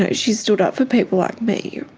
ah she stood up for people like me.